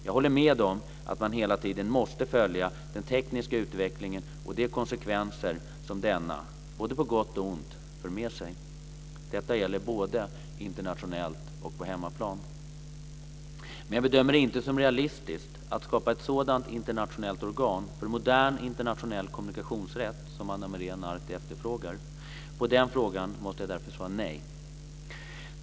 Jag håller med om att man hela tiden måste följa den tekniska utvecklingen och de konsekvenser som denna, både på gott och ont, för med sig. Detta gäller både internationellt och på hemmaplan. Men jag bedömer det inte som realistiskt att skapa ett sådant internationellt organ för modern internationell kommunikationsrätt som Ana Maria Narti efterfrågar. På den frågan måste jag därför svara nej.